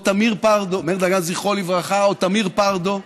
זכרו לברכה, או תמיר פרדו,